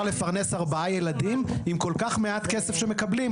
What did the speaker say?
לפרנס ארבעה ילדים עם כל כך מעט כסף שמקבלים.